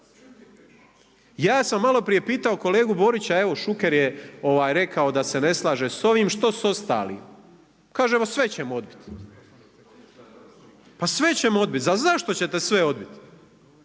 Ja sam maloprije pitao kolegu Borića, evo Šuker je rekao da se ne slaže s ovim, što s ostalim? Kaže evo sve ćemo odbit. Pa sve ćemo odbit. Zašto ćete sve odbit?